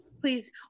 please